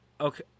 Okay